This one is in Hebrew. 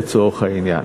לצורך העניין.